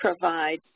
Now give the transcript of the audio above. provide